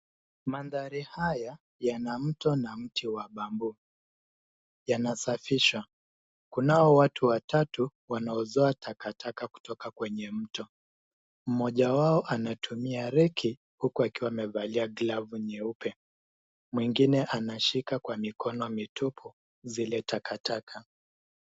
Mandhari haya yana mto na mti wa bamboo yanashafisha. Kunao watu watatu wanaozoa takataka kutoka kwenye mto, mmoja wao anatumia reki huku akiwa amevalia glavu nyeupe, mwingine anashika kwa mikono mitupu zile takataka.